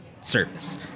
service